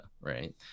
right